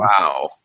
Wow